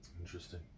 Interesting